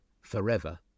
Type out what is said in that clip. forever